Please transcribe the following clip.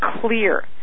clear